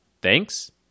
Thanks